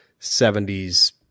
70s